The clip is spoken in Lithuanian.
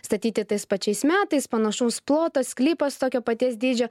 statyti tais pačiais metais panašaus ploto sklypas tokio paties dydžio